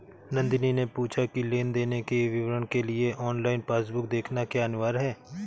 नंदनी ने पूछा की लेन देन के विवरण के लिए ऑनलाइन पासबुक देखना क्या अनिवार्य है?